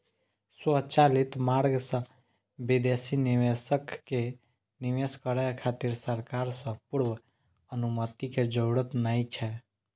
स्वचालित मार्ग सं विदेशी निवेशक कें निवेश करै खातिर सरकार सं पूर्व अनुमति के जरूरत नै छै